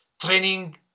training